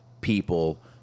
people